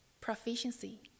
proficiency